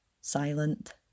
silent